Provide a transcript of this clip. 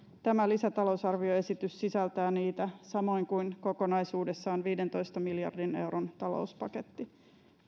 tämä lisätalousarvioesitys sisältää niitä samoin kuin kokonaisuudessaan viidentoista miljardin euron talouspaketti